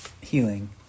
healing